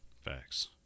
facts